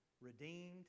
redeemed